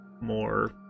more